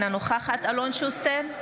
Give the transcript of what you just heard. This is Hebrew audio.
אינה נוכחת אלון שוסטר,